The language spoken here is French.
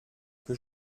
que